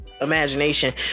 imagination